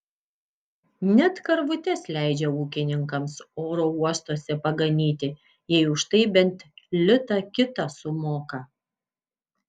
net karvutes leidžia ūkininkams oro uostuose paganyti jei už tai bent litą kitą sumoka